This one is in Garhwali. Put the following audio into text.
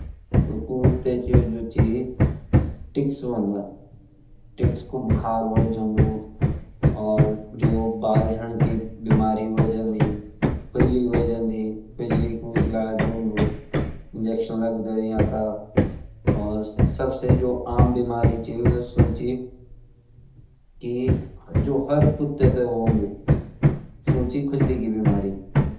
कुकूर ते जो छ टिक कु बुखार हुए जांदू और जो बाल झड़न की बीमारी हुई जांदी खुजली लग जेंदी तेकू इलाज हुएनदु इंजेक्शन लगदा येहक़ा